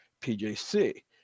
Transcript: PJC